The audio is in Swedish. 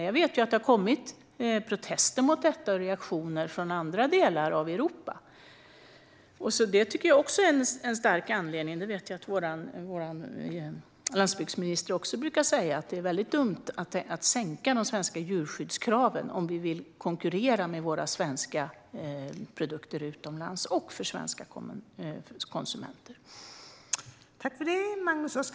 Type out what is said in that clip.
Jag vet att det har varit protester och reaktioner mot detta i andra delar av Europa. Vår landsbygdsminister brukar också säga att det är väldigt dumt att sänka de svenska djurskyddskraven om vi vill konkurrera med våra svenska produkter utomlands och i Sverige.